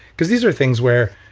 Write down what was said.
because these are things where,